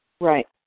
Right